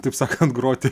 taip sakant groti